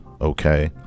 okay